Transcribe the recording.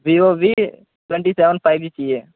view V twenty seven five G چاہیے